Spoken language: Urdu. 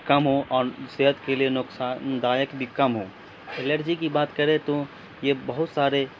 کم ہو اور صحت کے لیے نقصان دایک بھی کم ہو الرجی کی بات کریں تو یہ بہت سارے